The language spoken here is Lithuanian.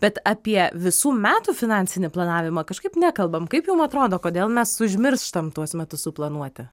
bet apie visų metų finansinį planavimą kažkaip nekalbam kaip jum atrodo kodėl mes užmirštam tuos metus suplanuoti